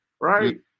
right